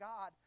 God